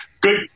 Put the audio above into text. Good